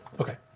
Okay